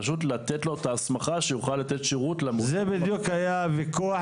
פשוט לתת לו את ההסמכה שיוכל לתת שירות --- זה בדיוק היה הוויכוח,